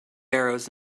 arrows